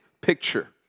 picture